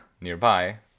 nearby